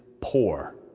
poor